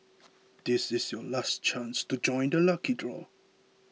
this is your last chance to join the lucky draw